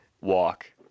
walk